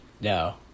No